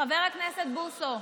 חבר הכנסת בוסו,